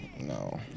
No